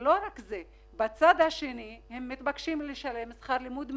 לא רק זה - הם מתבקשים לשלם שכר לימוד מלא,